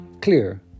clear